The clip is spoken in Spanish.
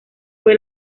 fue